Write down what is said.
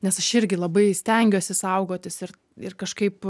nes aš irgi labai stengiuosi saugotis ir ir kažkaip